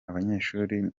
abanyeshuri